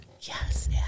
Yes